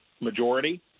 majority